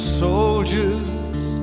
soldiers